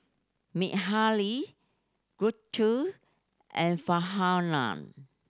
Mikhail Guntur and Farhanah